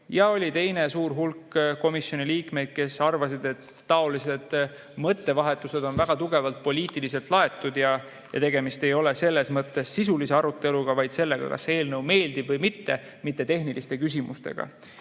ja oli teine suur hulk komisjoni liikmeid, kes arvasid, et seesugused mõttevahetused on väga tugevalt poliitiliselt laetud ja tegemist ei ole selles mõttes sisulise aruteluga, vaid sellega, kas see eelnõu meeldib või mitte, mitte tehniliste küsimustega.